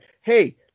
hey